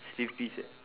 sleepy sia